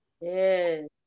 Yes